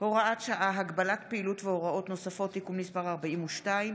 (הוראת שעה) (הגבלת פעילות והוראות נוספות) (תיקון מס' 42),